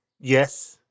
yes